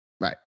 right